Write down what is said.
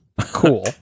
cool